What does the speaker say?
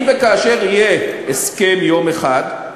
אם וכאשר יהיה הסכם יום אחד,